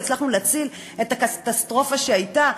והצלחנו להציל מהקטסטרופה שהייתה.